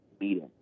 meeting